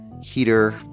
heater